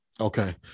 okay